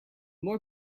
more